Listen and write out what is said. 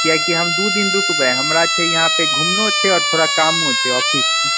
कियै कि हम दू दिन रुकबै हमरा घुमनो छै आ कामो छै ऑफिस के